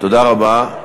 תודה רבה.